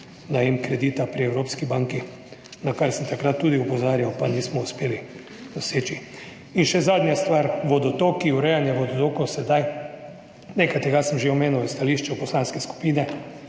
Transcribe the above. najem kredita pri Evropski banki, na kar sem takrat tudi opozarjal, pa nismo uspeli doseči. In še zadnja stvar, vodotoki, urejanje vodotokov sedaj. Nekaj tega sem že omenil v stališču poslanske skupine,